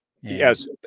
Yes